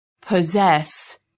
Possess